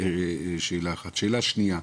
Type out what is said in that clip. שאלה שנייה,